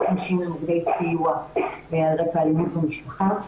של נשים למוקדי סיוע על רקע אלימות במשפחה.